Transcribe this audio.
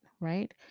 right